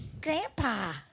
grandpa